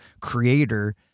creator